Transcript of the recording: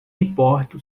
importo